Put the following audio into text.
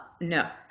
No